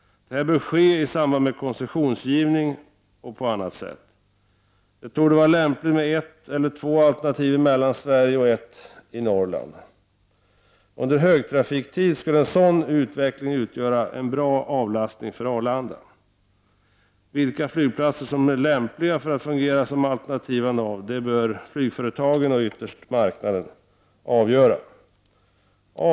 Detta bör ske i samband med koncessionsgivning och på annat sätt. Det torde vara lämpligt med ett eller två alternativ i Mellansverige och ett i Norrland. Under högtrafiktid skulle en sådan utveckling utgöra en bra avlastning för Arlanda. Vilka flygplatser som är lämpliga för att fungera som alternativa nav bör flygföretagen och ytterst marknaden avgöra. Herr talman!